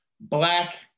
black